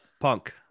Punk